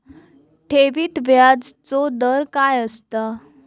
ठेवीत व्याजचो दर काय असता?